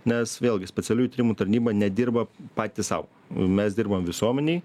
nes vėlgi specialiųjų tyrimų tarnyba nedirba patys sau mes dirbam visuomenei